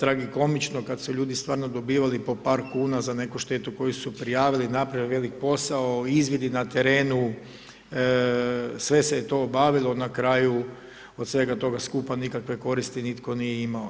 tragikomično kad su ljudi stvarno dobivali po par kuna za neku štetu koju su prijavili, napravili velik posao, izvidi na terenu, sve se je to obavilo na kraju od svega toga skupa nikakve koristi nitko nije imamo.